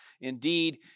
Indeed